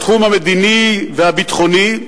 בתחום המדיני והביטחוני,